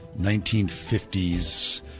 1950s